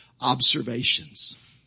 observations